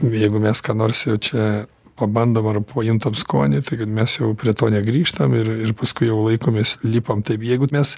jeigu mes ką nors jau čia pabandom ar pajuntam skonį tai kad mes jau prie to negrįžtam ir ir paskui jau laikomės lipam taip jeigu mes